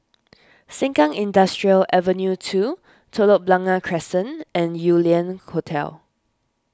Sengkang Industrial Ave two Telok Blangah Crescent and Yew Lian Hotel